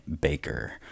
Baker